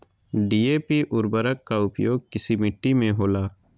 DAP उर्वरक का प्रयोग किस मिट्टी में होला?